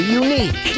unique